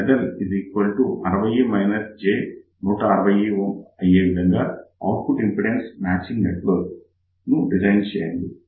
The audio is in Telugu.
ZL 60 - j160Ω అయ్యేవిధంగా ఔట్పుట్ ఇంపిడెన్స్ మాచింగ్ నెట్వర్క్ ను డిజైన్ చేయండి